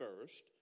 First